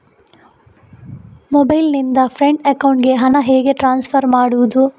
Mobile ನಿಂದ friend ಅಕೌಂಟಿಗೆ ಹಣ ಹೇಗೆ ಟ್ರಾನ್ಸ್ಫರ್ ಮಾಡುವುದು?